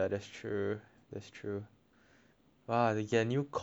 !wah! get a new comp meh honestly